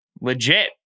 Legit